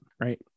Right